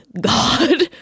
god